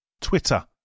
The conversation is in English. Twitter